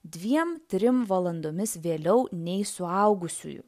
dviem trim valandomis vėliau nei suaugusiųjų